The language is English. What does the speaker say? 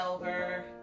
over